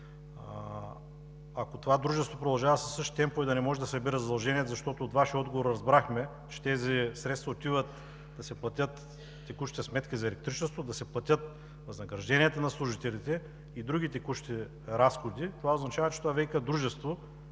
Ако това дружество продължава със същите темпове да не може да събира задълженията, защото от Вашия отговор разбрахме, че тези средства отиват, за да се платят текущите сметки за електричество, да се платят възнагражденията на служителите и други текущи разходи, това означава, че това ВиК дружество